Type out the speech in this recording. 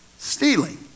Stealing